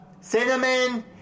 cinnamon